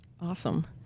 Awesome